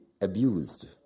abused